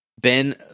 Ben